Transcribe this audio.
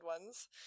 ones